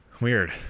Weird